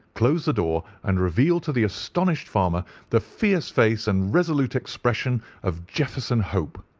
closed the door, and revealed to the astonished farmer the fierce face and resolute expression of jefferson hope.